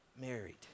married